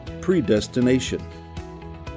Predestination